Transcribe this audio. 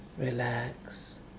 relax